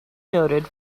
noted